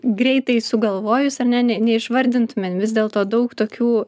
greitai sugalvojus ar ne ne neišvardintumėm vis dėlto daug tokių